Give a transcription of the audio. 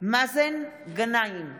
מאזן גנאים,